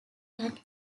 can